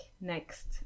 next